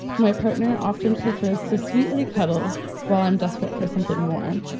my partner often prefers to sweetly cuddle while i'm desperate for something more.